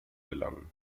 gelangen